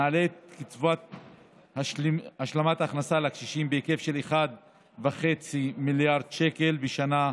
נעלה את קצבת השלמת ההכנסה לקשישים בהיקף של 1.5 מיליארד שקל בשנה,